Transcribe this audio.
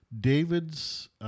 David's